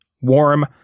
warm